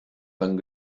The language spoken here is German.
lang